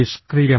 നിഷ്ക്രിയം